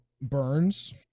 Burns